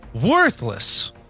worthless